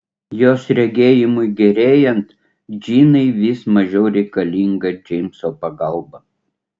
jos regėjimui gerėjant džinai vis mažiau reikalinga džeimso pagalba